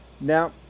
Now